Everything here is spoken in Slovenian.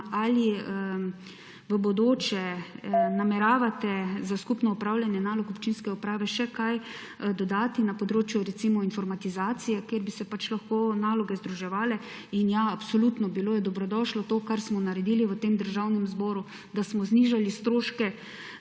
Ali v bodoče nameravate za skupno opravljanje nalog občinske uprave še kaj dodati na področju, recimo, informatizacije, kjer bi se pač lahko naloge združevale? In ja, absolutno bilo je dobrodošlo to, kar smo naredili v tem državnem zboru, da smo znižali stroške